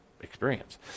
experience